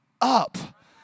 up